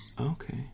Okay